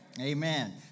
Amen